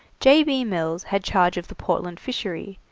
j. b. mills had charge of the portland fishery,